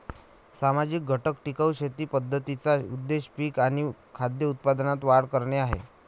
सामाजिक घटक टिकाऊ शेती पद्धतींचा उद्देश पिक आणि खाद्य उत्पादनात वाढ करणे आहे